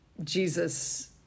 Jesus